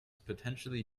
potentially